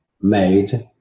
made